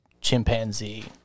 chimpanzee